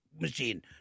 machine